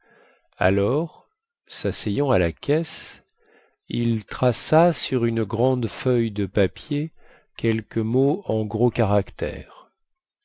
alors sasseyant à la caisse il traça sur une grande feuille de papier quelques mots en gros caractères